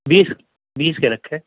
بیس بیس کے رکھے